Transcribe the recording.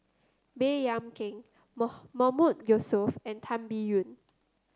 Baey Yam Keng Mahmood Yusof and Tan Biyun